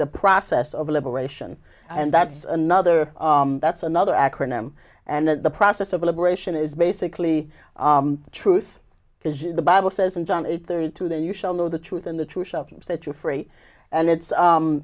the process of liberation and that's another that's another acronym and that the process of liberation is basically truth because the bible says and john eight thirty two that you shall know the truth and the true shopping set you free and it's